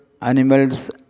animals